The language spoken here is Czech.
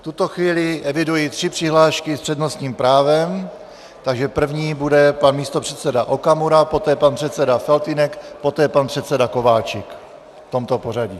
V tuto chvíli eviduji tři přihlášky s přednostním právem, takže první bude pan místopředseda Okamura, poté pan předseda Faltýnek, poté pan předseda Kováčik v tomto pořadí.